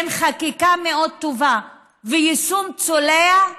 בין חקיקה מאוד טובה ליישום צולע,